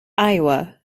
iowa